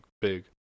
big